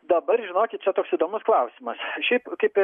dabar žinokit čia toks įdomus klausimas šiaip kaip